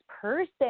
person